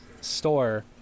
store